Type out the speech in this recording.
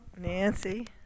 Nancy